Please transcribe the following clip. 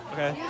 Okay